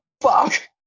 fuck